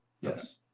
Yes